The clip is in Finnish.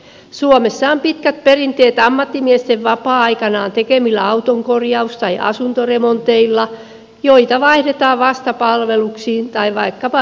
suomessa on pitkät perinteet ammattimiesten vapaa aikanaan tekemillä autonkorjaus tai asuntoremonteilla joita vaihdetaan vastapalveluksiin tai vaikkapa viinapulloon